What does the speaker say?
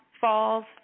falls